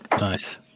nice